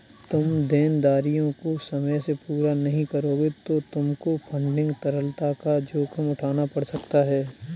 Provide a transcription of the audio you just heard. तुम देनदारियों को समय से पूरा नहीं करोगे तो तुमको फंडिंग तरलता का जोखिम उठाना पड़ सकता है